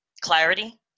clarity